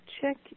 check